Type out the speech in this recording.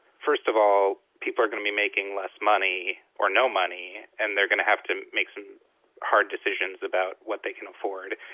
first of all, people are gonna be making less money, or no money. and they're gonna have to make some hard decisions about what they can afford.